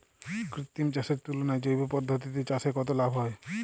কৃত্রিম চাষের তুলনায় জৈব পদ্ধতিতে চাষে কত লাভ হয়?